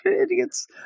idiots